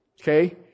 Okay